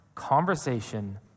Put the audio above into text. Conversation